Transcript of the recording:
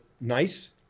nice